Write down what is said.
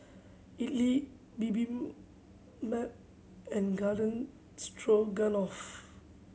Idili and Garden Stroganoff